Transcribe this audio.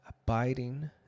Abiding